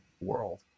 world